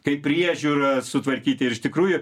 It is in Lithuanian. kaip priežiūrą sutvarkyti iš tikrųjų